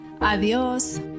adios